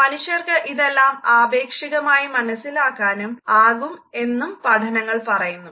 മനുഷ്യർക്ക് ഇതെല്ലം ആപേക്ഷികമായി മനസ്സിലാക്കാനാകും എന്നും പഠനങ്ങൾ പറയുന്നു